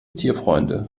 tierfreunde